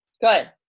Good